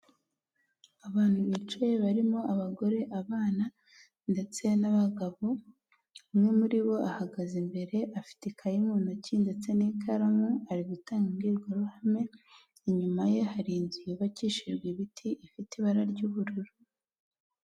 Abantu bicaye barimo abagore abana ndetse n'abagabo, umwe muri bo ahagaze imbere afite ikayimu ntoki, ndetse n'ikaramu ari gutanga imbwirwaruhame, inyuma ye hari inzu yubakishijwe ibiti ifite ibara ry'ubururu.